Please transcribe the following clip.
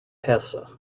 hesse